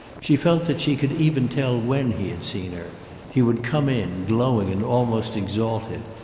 she felt that she could even tell when he had seen her he would come in, glowing and almost exalted,